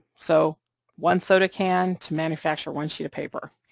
so one soda can to manufacture one sheet of paper.